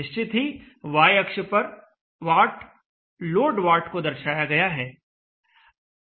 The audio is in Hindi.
निश्चित ही y अक्ष पर वाट लोड वाट को दर्शाया गया है